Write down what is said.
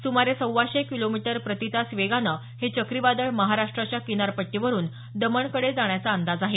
सुमारे सव्वाशे किलोमीटर प्रतितास वेगानं हे चक्रीवादळ महाराष्ट्राच्या किनारपट्टीवरून दमणकडे जाण्याचा अंदाज आहे